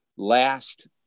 last